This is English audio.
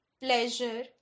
pleasure